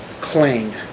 cling